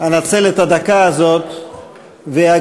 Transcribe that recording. אנצל את הדקה הזאת ואגיד,